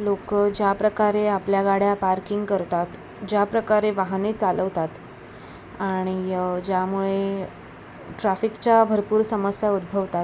लोक ज्याप्रकारे आपल्या गाड्या पार्किंग करतात ज्याप्रकारे वाहने चालवतात आणि ज्यामुळे ट्राफिकच्या भरपूर समस्या उद्भवतात